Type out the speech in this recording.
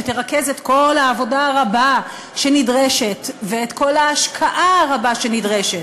שתרכז את כל העבודה הרבה שנדרשת ואת כל ההשקעה הרבה שנדרשת,